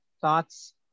thoughts